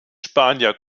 spanier